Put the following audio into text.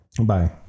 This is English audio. Bye